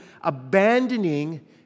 abandoning